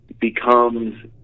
becomes